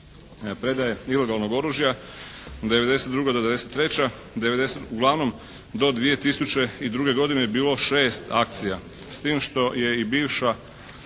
predaje ilegalnog oružja '92., '93. Uglavnom do 2002. godine je bilo 6 akcija. S tim što je i bivša